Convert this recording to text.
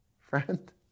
friend